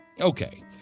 Okay